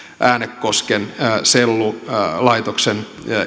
äänekosken sellulaitoksen